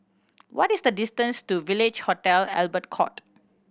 what is the distance to Village Hotel Albert Court